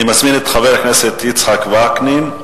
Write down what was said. אני מזמין את חבר הכנסת יצחק וקנין.